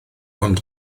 ond